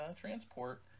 transport